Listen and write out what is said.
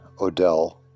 Odell